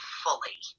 fully